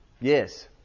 Yes